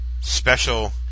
special